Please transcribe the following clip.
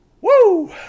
Woo